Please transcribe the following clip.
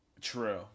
True